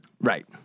right